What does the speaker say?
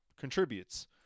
contributes